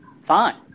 fine